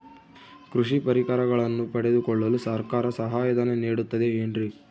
ಕೃಷಿ ಪರಿಕರಗಳನ್ನು ಪಡೆದುಕೊಳ್ಳಲು ಸರ್ಕಾರ ಸಹಾಯಧನ ನೇಡುತ್ತದೆ ಏನ್ರಿ?